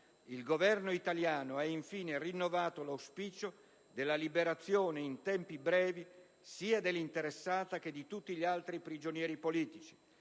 Il Governo italiano ha infine rinnovato l'auspicio della liberazione, in tempi brevi, sia dell'interessata che di tutti gli altri prigionieri politici,